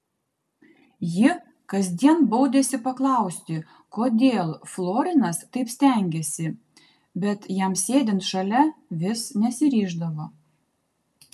ji kasdien baudėsi paklausti kodėl florinas taip stengiasi bet jam sėdint šalia vis nesiryždavo